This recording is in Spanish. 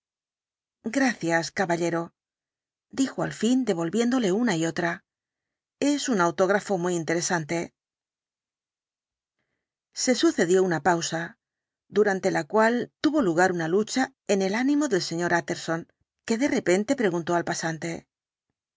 gracias caballero dijo al fin devolviéndole una y otra es un autógrafo muy interesante se sucedió una pausa durante la cual tuvo lugar una lucha en el ánimo del sr utterson que de repente preguntó al pasante